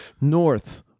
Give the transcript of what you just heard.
north